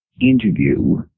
interview